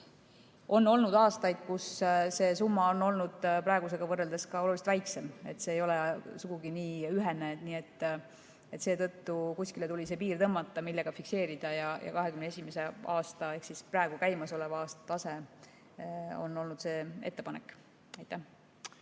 on olnud aastaid, kui see summa on olnud praegusega võrreldes ka oluliselt väiksem. See ei ole sugugi nii ühene. Seetõttu tuli kuskile see piir tõmmata, millega fikseerida ja 2021. aasta ehk praegu käimasoleva aasta tase on olnud see ettepanek. Nüüd